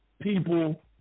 people